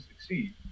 succeed